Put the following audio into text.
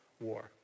war